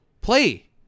Play